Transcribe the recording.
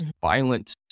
violent